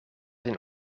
een